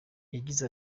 yagize